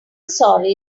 sorry